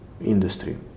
industry